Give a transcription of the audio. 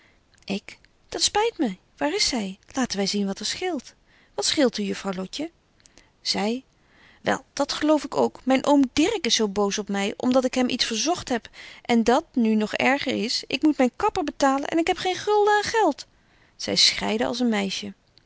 ik dat spyt my waar is zy laten wy zien wat er scheelt wat scheelt u juffrouw lotje zy wel dat geloof ik ook myn oom dirk is zo boos op my om dat ik hem iets verzogt heb en dat nu nog erger is ik moet myn kapper betalen en ik heb geen gulden aan geld zy schreidde als een meisje